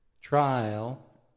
trial